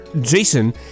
Jason